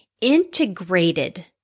integrated